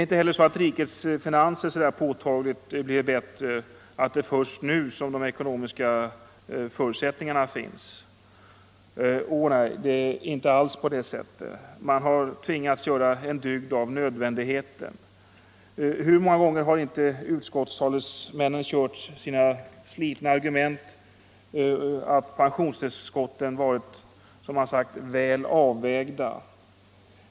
Inte heller har rikets finanser förbättrats så påtagligt att de ekonomiska förutsättningarna först nu är framskapade. Ånej. Man har fått göra en dygd av nödvändigheten. Hur många gånger har inte utskottstalesmännen kört sitt slitna argument att pensionstillskotten varit ”väl avvägda”.